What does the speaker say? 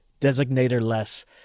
designator-less